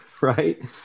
right